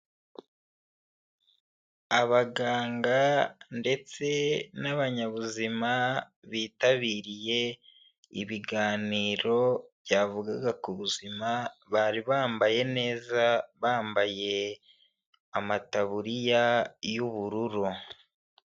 Abaganga ndetse n'abanyabuzima bitabiriye ibiganiro byavugaga ku buzima, bari bambaye neza bambaye amataburiya y'ubururu.